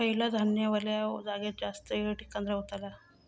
खयला धान्य वल्या जागेत जास्त येळ टिकान रवतला?